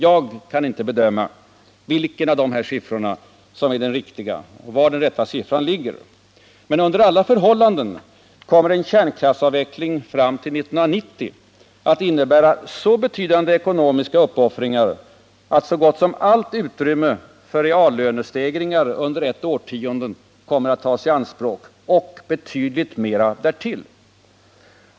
Jag kan inte Onsdagen den avgöra vilket av dessa belopp som är det riktiga. Under alla förhållanden 6 juni 1979 kommer en kärnkraftsavveckling fram till 1990 att innebära så betydande ekonomiska uppoffringar att så gott som allt utrymme för reallönestegringar under ett årtionde tas i anspråk och betydligt mer därtill.